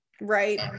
right